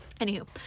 anywho